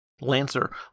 Lancer